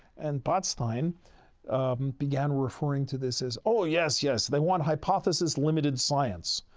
and botstein begin referring to this as, oh, yes, yes, they want hypothesis-limited science.